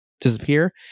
disappear